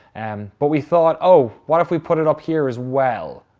and but we thought, oh, what if we put it up here as well?